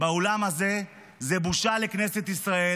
באולם הזה זו בושה לכנסת ישראל,